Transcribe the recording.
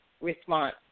response